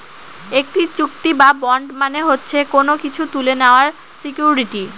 একটি চুক্তি বা বন্ড মানে হচ্ছে কোনো কিছু তুলে নেওয়ার সিকুইরিটি